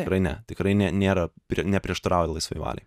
tikrai ne tikrai nė nėra neprieštarauja laisvai valiai